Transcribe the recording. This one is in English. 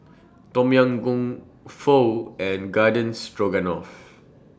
Tom Yam Goong Pho and Garden Stroganoff